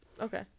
Okay